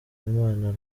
imana